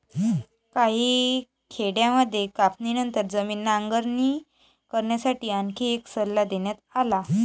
काही खेड्यांमध्ये कापणीनंतर जमीन नांगरणी करण्यासाठी आणखी एक सल्ला देण्यात आला